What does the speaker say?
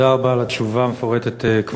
תודה רבה, גברתי היושבת-ראש.